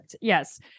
Yes